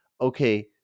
Okay